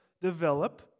develop